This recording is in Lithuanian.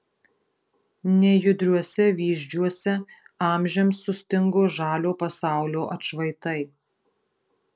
nejudriuose vyzdžiuose amžiams sustingo žalio pasaulio atšvaitai